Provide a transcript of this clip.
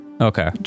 Okay